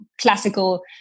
classical